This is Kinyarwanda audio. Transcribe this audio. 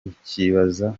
ukibaza